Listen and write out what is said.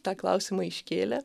tą klausimą iškėlę